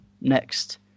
next